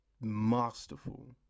masterful